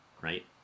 right